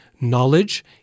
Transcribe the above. Knowledge